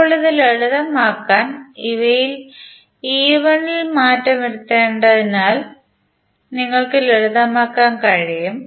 ഇപ്പോൾ ഇത് ലളിതമാക്കാൻ ഇവയിൽ E1 ൽ മാറ്റം വരുത്തേണ്ടതിനാൽ നിങ്ങൾക്ക് ലളിതമാക്കാൻ കഴിയും